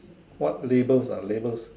what labels ah labels